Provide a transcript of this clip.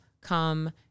come